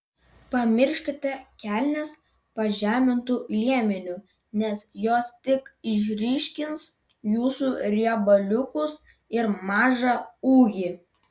pamirškite kelnes pažemintu liemeniu nes jos tik išryškins jūsų riebaliukus ir mažą ūgį